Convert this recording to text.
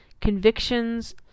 Convictions